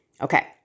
Okay